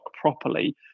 properly